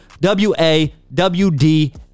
W-A-W-D